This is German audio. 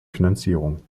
finanzierung